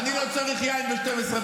אני לא צריך יין ב-24:00.